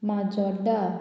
Majorda